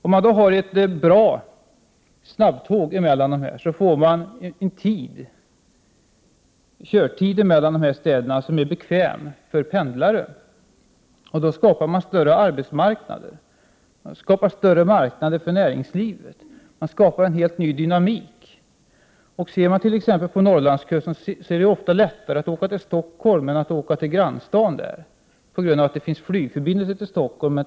Om man då har ett bra snabbtåg mellan dessa städer, får man en körtid som är bekväm för pendlare. Då skapar man större arbetsmarknader. Man skapar större marknader för näringslivet och en helt ny dynamik. Från städerna på Norrlandskusten är det ofta lättare att åka till Stockholm än att åka till grannstaden, på grund av att det finns flygförbindelser till Stockholm.